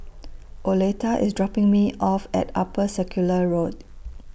Oleta IS dropping Me off At Upper Circular Road